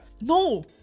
No